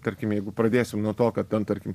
tarkim jeigu pradėsim nuo to kad ten tarkim